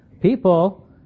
People